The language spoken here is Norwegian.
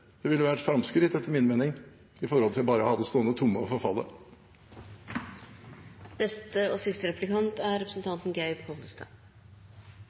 Det ville etter min mening vært et framskritt i forhold til bare å ha dem stående tomme og forfalle. Eg er trygg på at eg og representanten Gunnar Gundersen er